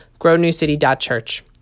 grownewcity.church